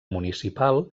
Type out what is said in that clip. municipal